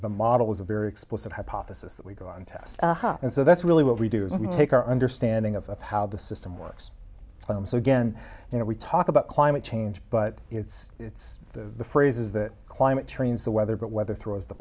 the model was a very explicit hypothesis that we go on test and so that's really what we do is we take our understanding of how the system works so again you know we talk about climate change but it's it's the phrases that climate trains the weather but weather throws the